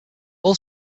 all